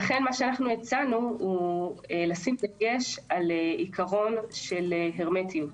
לכן הצענו לשים דגש על עיקרון של הרמטיות.